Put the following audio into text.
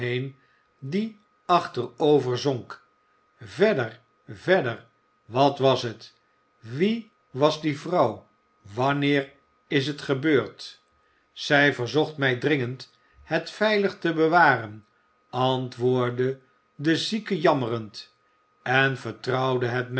die achterover zonk verder verder wat was het wie was die vrouw wanneer is het gebeurd zij verzocht mij dringend het vei ig te bewaren antwoordde de zieke jammerend en vertrouwde